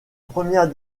première